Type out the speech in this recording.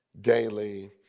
daily